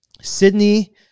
Sydney